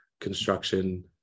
construction